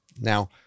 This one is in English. Now